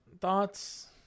Thoughts